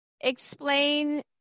Explain